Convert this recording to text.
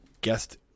guest